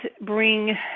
bring